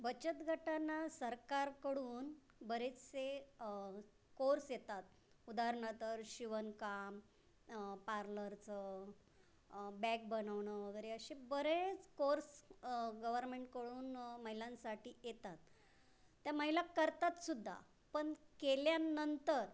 बचत गटांना सरकारकडून बरेचसे कोर्स येतात उदाहरणार्थ शिवणकाम पार्लरचं बॅग बनवणं वगैरे असे बरेच कोर्स गवरमेंटकडून महिलांसाठी येतात त्या महिला करतात सुद्धा पण केल्यानंतर